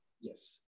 Yes